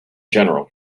general